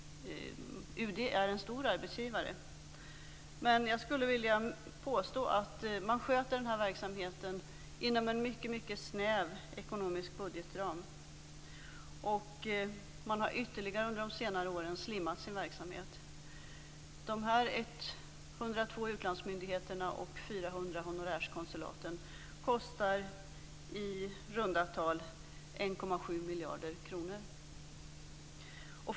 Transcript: UD är en stor arbetsgivare. Men jag skulle vilja påstå att denna verksamhet sköts inom en mycket snäv ekonomisk budgetram. Verksamheten har under senare år slimmats ytterligare. Dessa 102 utlandsmyndigheterna och 400 honorärkonsulaten kostar i runda tal 1,7 miljarder kronor.